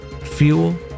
fuel